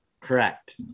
Correct